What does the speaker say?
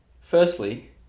firstly